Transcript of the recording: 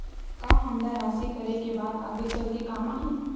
का हमला राशि करे के बाद आगे चल के काम आही?